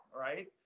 right